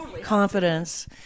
confidence